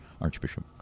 Archbishop